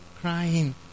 crying